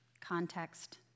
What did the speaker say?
Context